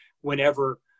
whenever